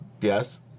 yes